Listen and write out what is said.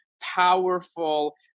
powerful